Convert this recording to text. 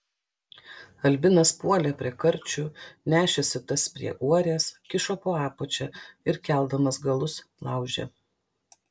albinas puolė prie karčių nešėsi tas prie uorės kišo po apačia ir keldamas galus laužė